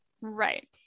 right